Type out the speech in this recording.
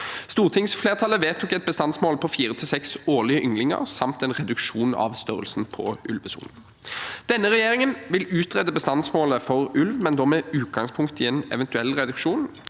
Stortingsflertallet vedtok et bestandsmål på 4–6 årlige ynglinger samt en reduksjon av størrelsen på ulvesonen. Denne regjeringen vil utrede bestandsmålet for ulv, men da med utgangspunkt i en eventuell reduksjon.